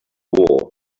war